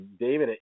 David